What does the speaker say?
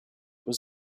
was